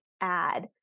add